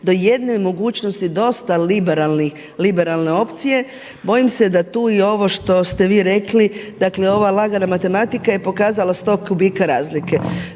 do jedne mogućnosti dosta liberalne opcije. Bojim se da tu i ovo što ste vi rekli, dakle ova lagana matematika je pokazala sto kubika razlike.